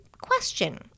question